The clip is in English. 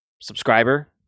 subscriber